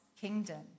kingdom